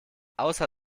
außer